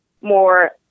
more